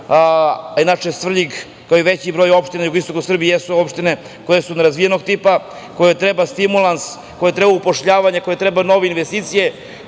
Inače, Svrljig, kao i veći broj opština na jugoistoku Srbije su opštine koje su nerazvijenog tipa, kojima treba stimulans, kojima treba zapošljavanje, kojima trebaju nove investicije,